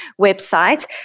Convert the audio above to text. website